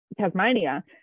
tasmania